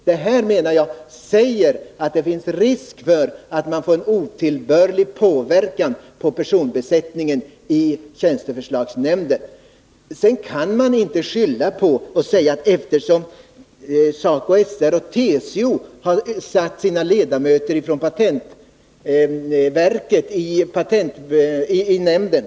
Det här innebär, menar jag, att det finns risk för ett otillbörligt inflytande beträffande personbesättningen i tjänsteförslagsnämnden. Sedan kan man inte bara säga, att det har blivit majoritet på grund av att SACO/SR och TCO har placerat sitt folk vid patentverket i nämnden.